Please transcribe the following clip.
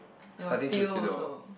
oh Theo also